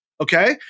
Okay